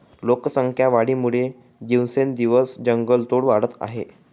लोकसंख्या वाढीमुळे दिवसेंदिवस जंगलतोड वाढत आहे